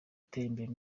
gutembera